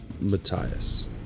Matthias